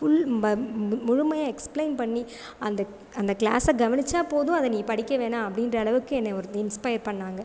full ma'am முழுமையாக explain பண்ணி அந்த கிளாஸை கவனித்த போதும் அதை நீ படிக்க வேணாம் அப்படின்ற அளவுக்கு என்னை ஒரு இன்ஸ்ஃபையர் பண்ணிணாங்க